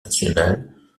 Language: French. nationale